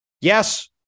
yes